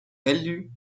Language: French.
élu